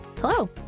Hello